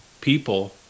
people